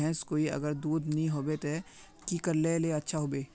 भैंस कोई अगर दूध नि होबे तो की करले ले अच्छा होवे?